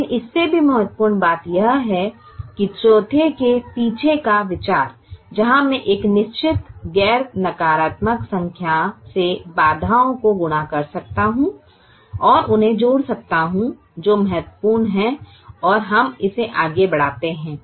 लेकिन इससे भी महत्वपूर्ण बात यह है कि चौथे के पीछे का विचार जहां मैं एक निश्चित गैर नकारात्मक संख्या से बाधाओं को गुणा कर सकता हूं और उन्हें जोड़ सकता हूं जो महत्वपूर्ण है और हम इसे आगे बढ़ाते हैं